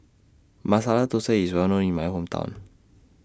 Masala Thosai IS Well known in My Hometown